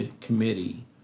committee